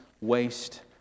waste